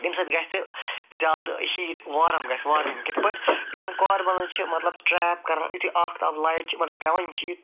ییٚمہِ سۭتۍ گَژھِ زیادٕ ہیٖٹ وارم گَژھِ وارمِنٛگ کِتھ پٲٹھۍ یِم کاربَنز چھِ مَطلَب ٹرٛیپ کَران اختاب لایٹ چھِ یمن پٮ۪ٹھ پٮ۪وان یِم چھِ